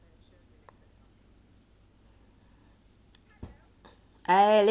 I